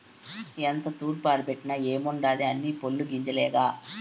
ఎంత తూర్పారబట్టిన ఏముండాది అన్నీ పొల్లు గింజలేగా